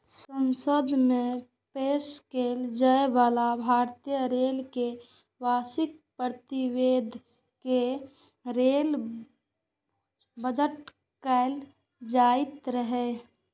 संसद मे पेश कैल जाइ बला भारतीय रेल केर वार्षिक प्रतिवेदन कें रेल बजट कहल जाइत रहै